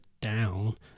down